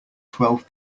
twelve